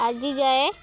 ଆଜିଯାଏ